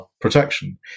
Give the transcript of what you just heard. protection